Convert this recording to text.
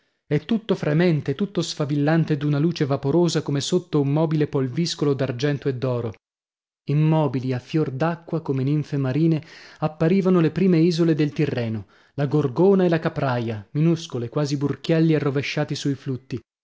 e tutto fremente tutto sfavillante d'una luce vaporosa come sotto un mobile polviscolo d'argento e d'oro immobili a fior d'acqua come ninfe marine apparivano le prime isole del tirreno la gorgona e la capraia minuscole quasi burchielli arrovesciati sui flutti